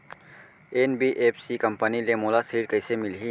NBFC company ले मोला ऋण कइसे मिलही?